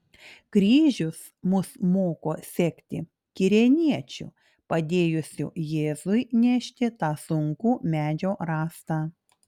kryžius mus moko sekti kirėniečiu padėjusiu jėzui nešti tą sunkų medžio rąstą